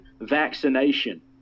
vaccination